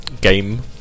game